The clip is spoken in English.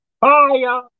Fire